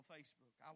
Facebook